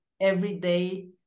everyday